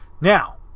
Now